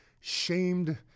shamed